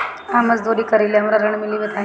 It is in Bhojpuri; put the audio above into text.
हम मजदूरी करीले हमरा ऋण मिली बताई?